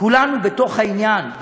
כולנו בתוך העניין,